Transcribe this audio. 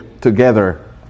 together